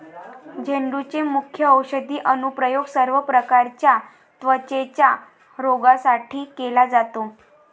झेंडूचे मुख्य औषधी अनुप्रयोग सर्व प्रकारच्या त्वचेच्या रोगांसाठी केला जातो